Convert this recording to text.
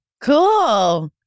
Cool